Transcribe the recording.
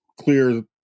clear